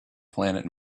planet